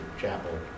chapel